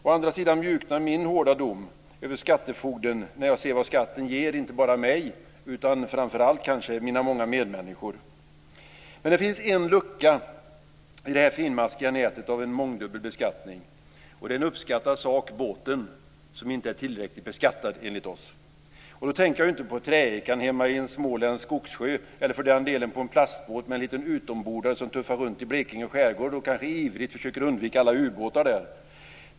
Å andra sidan mjuknar min hårda dom över skattefogden när jag ser vad skatten ger inte bara mig utan kanske framför allt mina många medmänniskor. Men det finns en lucka i detta finmaskiga nät av mångdubbel beskattning. Det handlar om en uppskattad sak, nämligen båten, som inte är tillräckligt beskattad enligt oss. Då tänker jag inte på träekan i en småländsk skogssjö eller för den delen på en plastbåt med en liten utombordare som tuffar runt i Blekinge skärgård och kanske ivrigt försöker undvika alla ubåtar där.